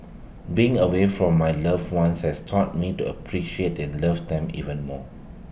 being away from my loved ones has taught me to appreciate and love them even more